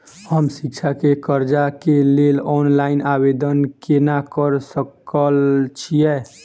हम शिक्षा केँ कर्जा केँ लेल ऑनलाइन आवेदन केना करऽ सकल छीयै?